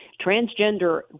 transgender